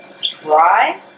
try